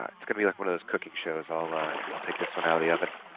um it's gonna be like one of those cooking shows i'll ah i'll take this one out of the oven